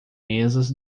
mesas